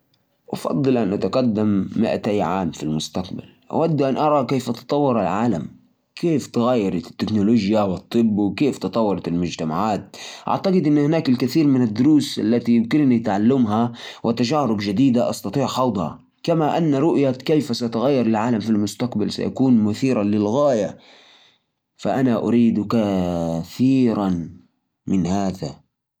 إذا كان عند الخيار أفضل أروح للمستقبل مائتين عام السبب إني أحب أكتشف التطورات العلمية الجديدة اللي بتصير لأن العلم دائما في تتطورأما إذا رحت للوراء يكون فيه تحديات وصعوبات مثل قله المعلومات أو عدم وجود التكنولوجيا اللي نحن متعودين عليها اليوم